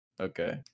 okay